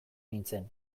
nintzen